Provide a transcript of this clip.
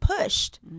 pushed